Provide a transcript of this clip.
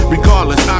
Regardless